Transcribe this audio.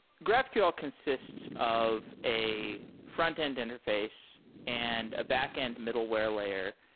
graphql consists of a frontend interface and a backend middleware layer,